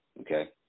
Okay